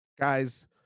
guys